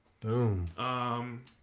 Boom